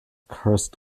cursed